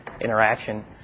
interaction –